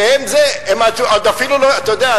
אתה יודע,